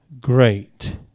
great